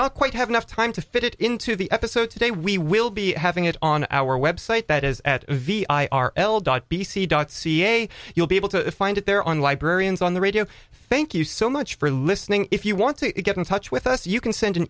not quite have enough time to fit it into the episode today we will be having it on our website that is at v i r l dot b c dot ca you'll be able to find it there on librarians on the radio thank you so much for listening if you want to get in touch with us you can send an